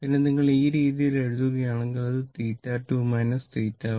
പിന്നെ നിങ്ങൾ ഈ രീതിയിൽ എഴുതുകയാണെങ്കിൽ അത് 2 1